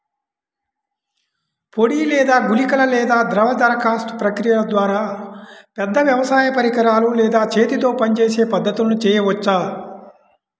పొడి లేదా గుళికల లేదా ద్రవ దరఖాస్తు ప్రక్రియల ద్వారా, పెద్ద వ్యవసాయ పరికరాలు లేదా చేతితో పనిచేసే పద్ధతులను చేయవచ్చా?